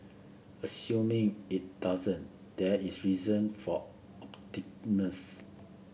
assuming it doesn't there is reason for